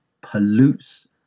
pollutes